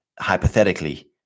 hypothetically